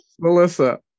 melissa